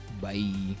Bye